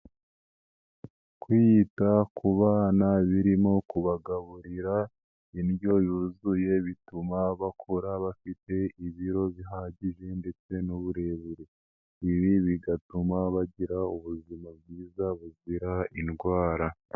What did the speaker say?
Kwita ku bana birimo kubagaburira indyo yuzuye bituma bakura bafite ibiro bihagije ndetse n'uburebure, ibi bigatuma bagira ubuzima bwiza buzira indwara.